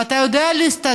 ואתה יודע להסתדר,